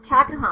छात्र हाँ